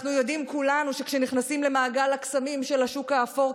אנחנו יודעים כולנו שכשנכנסים למעגל הקסמים של השוק האפור,